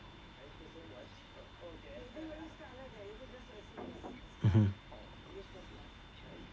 mmhmm